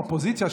האופוזיציה,